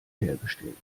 hergestellt